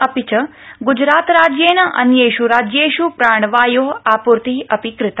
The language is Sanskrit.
अपि च गुजतराज्येन अन्येष् राज्येष् प्राणवायो आपूर्ति अपि कृता